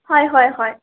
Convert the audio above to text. হয় হয় হয়